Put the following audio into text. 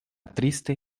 triste